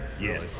Yes